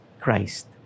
Christ